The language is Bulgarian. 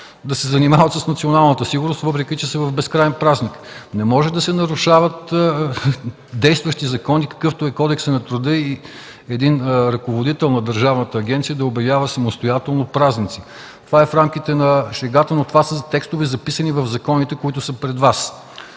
да се занимават с националната сигурност, въпреки че са в безкраен празник. Не могат да се нарушават действащи закони, какъвто е Кодексът на труда и един ръководител на държавна агенция да обявява самостоятелно празници. Това е в рамките на шегата, но това са текстове, записани в законите пред Вас.